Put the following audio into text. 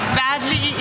badly